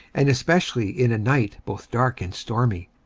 and especially in a night both dark and stormy,